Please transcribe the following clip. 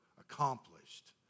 accomplished